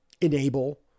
enable